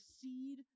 seed